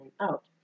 out